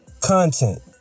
content